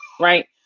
Right